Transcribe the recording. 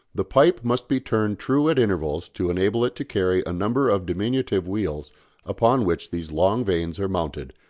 the pipe must be turned true at intervals to enable it to carry a number of diminutive wheels upon which these long vanes are mounted,